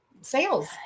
sales